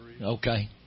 Okay